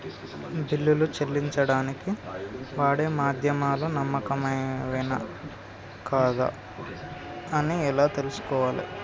బిల్లులు చెల్లించడానికి వాడే మాధ్యమాలు నమ్మకమైనవేనా కాదా అని ఎలా తెలుసుకోవాలే?